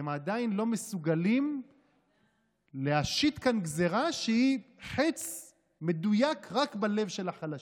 שהם עדיין לא מסוגלים להשית כאן גזרה שהיא חץ מדויק רק בלב של החלשים.